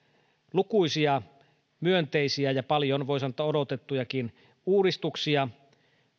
lukuisia myönteisiä ja paljon voi sanoa odotettujakin uudistuksia